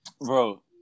Bro